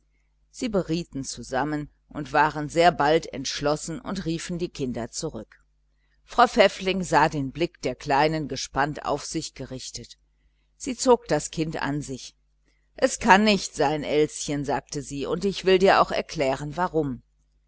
sie berieten zusammen waren sehr bald entschlossen und riefen die kinder zurück frau pfäffling sah den blick der kleinen gespannt auf sich gerichtet sie zog das kind an sich es kann nicht sein elschen sagte sie und ich will dir auch erklären warum